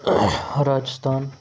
Rajasthan